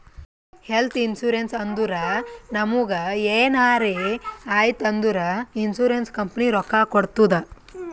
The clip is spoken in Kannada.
ಹೆಲ್ತ್ ಇನ್ಸೂರೆನ್ಸ್ ಅಂದುರ್ ನಮುಗ್ ಎನಾರೇ ಆಯ್ತ್ ಅಂದುರ್ ಇನ್ಸೂರೆನ್ಸ್ ಕಂಪನಿ ರೊಕ್ಕಾ ಕೊಡ್ತುದ್